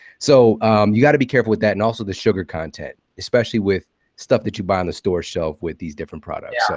so you got to be careful with that and also the sugar content, especially with stuff that you buy on the store shelf with these different products.